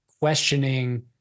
questioning